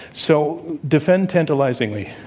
so, defend tantalizingly.